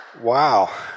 Wow